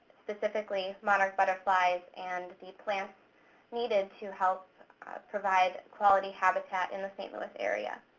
specifically monarch butterflies and the plants needed to help provide quality habitat in the st. louis area.